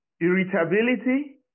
irritability